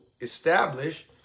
establish